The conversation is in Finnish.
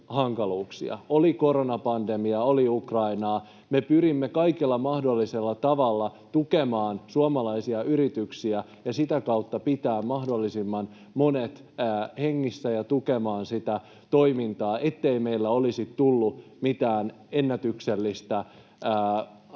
oli koronapandemiaa, oli Ukrainaa. Me pyrimme kaikilla mahdollisilla tavoilla tukemaan suomalaisia yrityksiä ja sitä kautta pitämään mahdollisimman monet hengissä ja tukemaan sitä toimintaa, ettei meille olisi tullut mitään ennätyksellistä lamaa